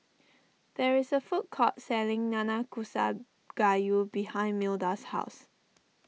there is a food court selling Nanakusa Gayu behind Milda's house